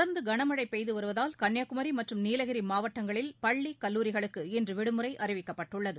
தொடர்ந்து கனமழை பெய்து வருவதால் கன்னியாகுமி மற்றும் நீலகிரி மாவட்டங்களில் பள்ளி கல்லூரிகளுக்கு இன்று விடுமுறை அறிவிக்கப்பட்டுள்ளது